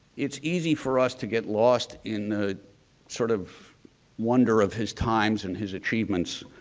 it's easy for us to get lost in sort of wonder of his times and his achievements.